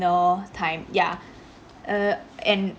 ~nner time ya err and